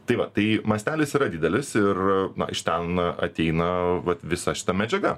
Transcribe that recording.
tai va tai mastelis yra didelis ir iš ten ateina vat visa šita medžiaga